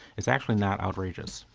it's actually not outrageous.